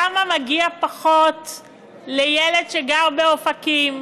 למה לילד שגר באופקים